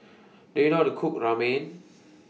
Do YOU know How to Cook Ramen